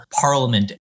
parliament